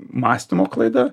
mąstymo klaida